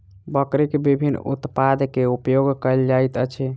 बकरीक विभिन्न उत्पाद के उपयोग कयल जाइत अछि